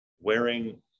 wearing